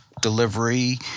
delivery